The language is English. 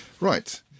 Right